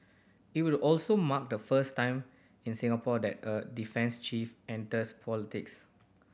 it will also mark the first time in Singapore that a defence chief enters politics